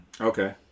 Okay